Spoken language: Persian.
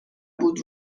بود